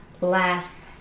last